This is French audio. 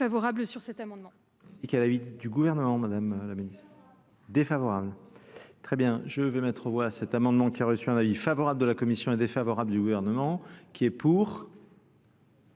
favorable sur cet amendement.